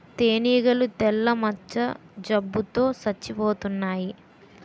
తేనీగలు తెల్ల మచ్చ జబ్బు తో సచ్చిపోతన్నాయి